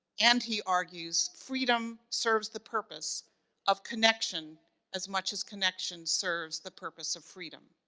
and he argues freedom serves the purpose of connection as much as connection serves the purpose of freedom.